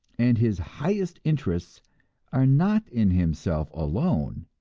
and his highest interests are not in himself alone,